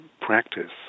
practice